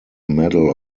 medal